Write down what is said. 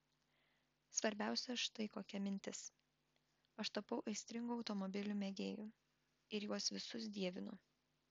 svarbiausia štai kokia mintis aš tapau aistringu automobilių mėgėju ir juos visus dievinu